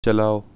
چلاؤ